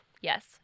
Yes